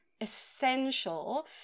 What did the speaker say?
essential